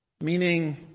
meaning